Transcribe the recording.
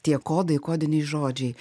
tie kodai kodiniai žodžiai